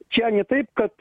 čia ne taip kad